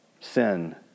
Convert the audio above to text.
sin